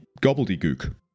gobbledygook